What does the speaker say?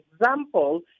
example